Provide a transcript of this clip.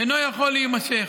אינו יכול להימשך.